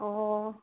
অঁ